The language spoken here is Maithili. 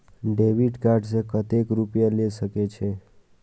डेबिट कार्ड से कतेक रूपया ले सके छै?